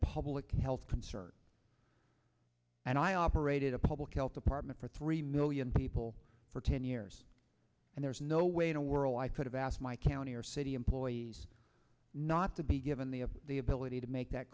public health concern and i operated a public health department for three million people for ten years and there's no way in a whirl i could have asked my county or city employees not to be given they have the ability to make that